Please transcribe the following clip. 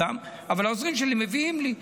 אבל העוזרים שלי מביאים לי.